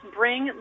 bring